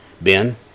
Ben